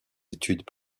études